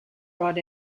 brought